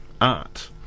art